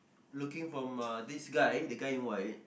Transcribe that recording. looking from uh this guy the guy in white